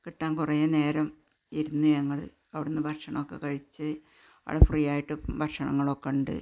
കിട്ടാൻ കുറേ നേരം ഇരുന്നു ഞങ്ങൾ അവിടെ നിന്ന് ഭക്ഷണമൊക്കെ കഴിച്ച് അവിടെ ഫ്രീ ആയിട്ട് ഭക്ഷണങ്ങളൊക്കെ ഉണ്ട്